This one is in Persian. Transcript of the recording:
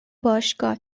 باشگاه